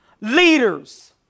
leaders